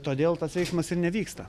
todėl tas veiksmas ir nevyksta